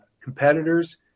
competitors